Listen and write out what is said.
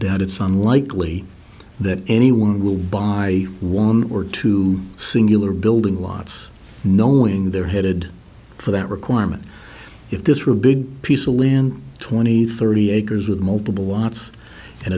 unlikely that anyone will buy one or two singular building lots knowing they're headed for that requirement if this were a big piece of land twenty thirty acres with multiple lots and